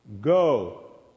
go